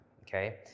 okay